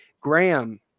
Graham